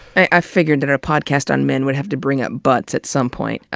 i figured that a podcast on men would have to bring up butts at some point.